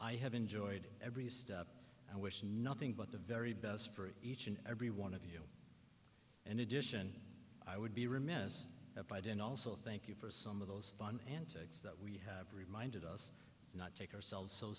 i have enjoyed every step and wish nothing but the very best group each and every one of you and addition i would be remiss if i didn't also thank you for some of those fun antics that we have reminded us not take ourselves so